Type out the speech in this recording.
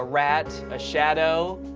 rat, a shadow,